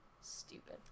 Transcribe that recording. Stupid